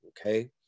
okay